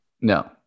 No